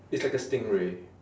it's like a stingray